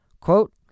Quote